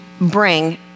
bring